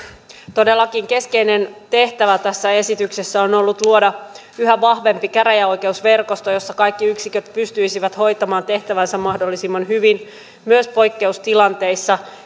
todellakin keskeinen tehtävä tässä esityksessä on ollut luoda yhä vahvempi käräjäoikeusverkosto jossa kaikki yksiköt pystyisivät hoitamaan tehtävänsä mahdollisimman hyvin myös poikkeustilanteissa